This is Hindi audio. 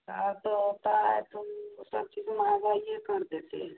सरकार तो होता है तो सब चीज महँगाईए कर देते हैं